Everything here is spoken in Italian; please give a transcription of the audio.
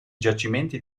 giacimenti